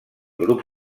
grup